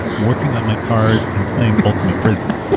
working on my cars and playing ultimate frisbee.